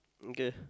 okay